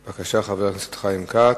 בבקשה, חבר הכנסת חיים כץ.